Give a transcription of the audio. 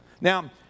Now